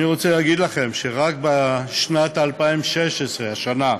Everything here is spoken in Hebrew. אני רוצה להגיד לכם שרק בשנת 2016, השנה,